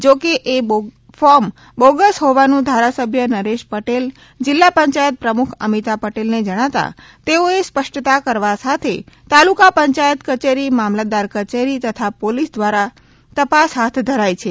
જો કે એ ફોર્મ બોગસ હોવાનું ધારાસભ્ય નરેશ પટેલ જિલ્લા પંચાયત પ્રમુખ અમીતા પટેલને જણાતાં તેઓ એ સ્પષ્ટતા કરવા સાથે તાલુકા પંચાયત કચેરી મામલતદાર કચેરી તથા પોલીસ દ્વારા તપાસ હાથ ધરાઇ છે